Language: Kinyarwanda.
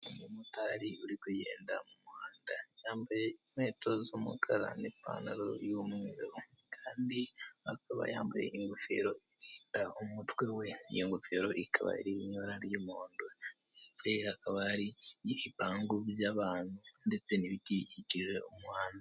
Umumotari uri kugenda mu muhanda yambaye inkweto z'umukara n'pantaro y'umweru ,kandi akaba yambaye ingofero irinda umutwe we iyo ngofero ikaba ari ibara ry'umuhondo akaba hari ibipangu by'abantu ndetse n'ibikikikije umuhanda.